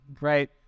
right